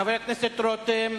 חבר הכנסת רותם,